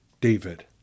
David